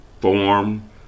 form